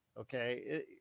Okay